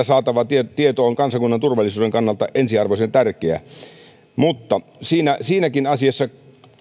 saatava tieto tieto on kansakunnan turvallisuuden kannalta ensiarvoisen tärkeää mutta siinäkin asiassa